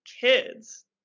kids